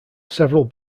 several